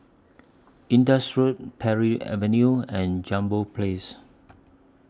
Indus Road Parry Avenue and Jambol Place